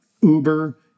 Uber